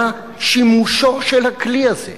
מה שימושו של הכלי הזה?